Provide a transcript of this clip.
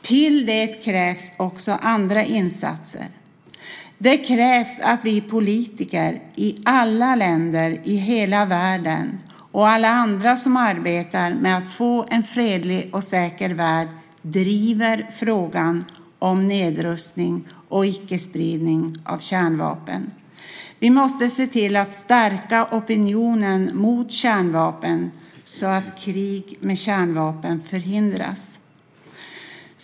Till det krävs också andra insatser. Det krävs att vi politiker i alla länder i hela världen och alla andra som arbetar med att få en fredlig och säker värld driver frågan om nedrustning och icke-spridning av kärnvapen. Vi måste se till att stärka opinionen mot kärnvapen så att krig med kärnvapen förhindras.